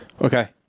Okay